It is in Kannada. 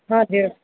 ಹಾಂ ಹೇಳಿ